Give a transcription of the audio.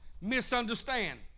misunderstand